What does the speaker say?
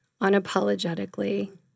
unapologetically